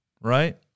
right